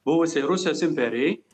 buvusiai rusijos imperijai